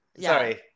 Sorry